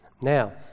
Now